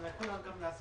אם אפשר גם לומר